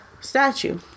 statue